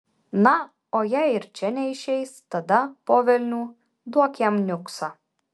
na o jei ir čia neišeis tada po velnių duok jam niuksą